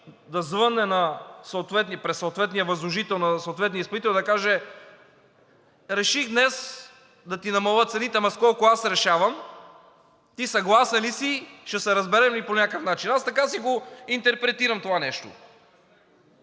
да звънне през съответния възложител на съответния изпълнител и да каже: реших днес да ти намаля цените, но с колко – аз решавам; ти съгласен ли си, ще се разберем ли по някакъв начин?! Така си го интерпретирам това нещо!